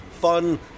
fun